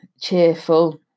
cheerful